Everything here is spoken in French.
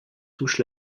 touche